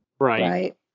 right